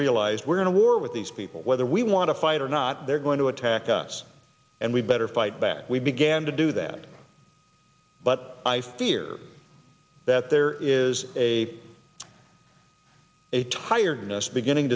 realized we're going to war with these people whether we want to fight or not they're going to attack us and we better fight back we began to do that but i fear that there is a a tiredness beginning